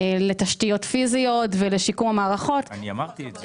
לתשתיות פיזיות ולשיקום המערכות --- אמרתי את זה.